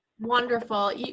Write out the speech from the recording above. Wonderful